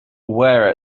wear